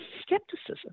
skepticism